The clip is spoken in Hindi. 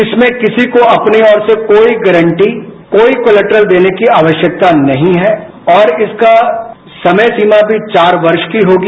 इसमें किसी को भी अपनी ओर से कोई गारंटी कोई कोलेटरल देने की आवश्यकता नहीं है और इसका समय सीमा भी चार वर्ष की होगी